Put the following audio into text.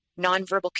nonverbal